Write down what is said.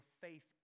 faith